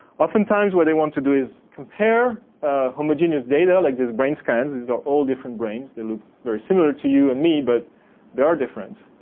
oftentimes, what they want to do is compare homogeneous data like this brains scans. these are all different brains. they look very similar to you and me but they are different.